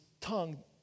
tongue